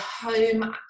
home